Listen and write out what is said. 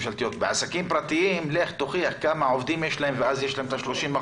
בעסקים פרטיים לך תוכיח כמה עובדים יש להם ואז יש להם את ה-30%,